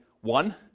one